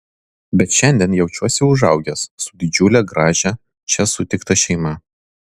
bet šiandien jaučiuosi užaugęs su didžiule gražia čia sutikta šeima